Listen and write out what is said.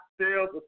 sales